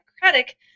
Democratic